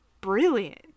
brilliant